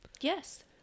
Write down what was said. yes